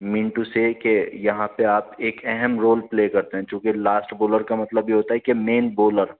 منٹو سے کہ یہاں پہ آپ ایک اہم رول پل ے کرتے ہیں چونکہ لاسٹ بولر کا مطلب یہ ہوتا ہے کہ مین بولر